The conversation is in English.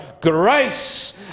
grace